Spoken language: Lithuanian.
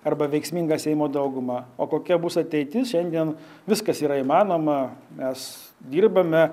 arba veiksmingą seimo daugumą o kokia bus ateitis šiandien viskas yra įmanoma mes dirbame